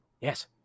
Yes